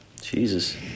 Jesus